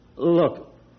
Look